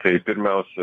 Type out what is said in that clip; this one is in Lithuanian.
tai pirmiausia